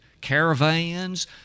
caravans